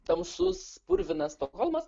tamsus purvinas stokholmas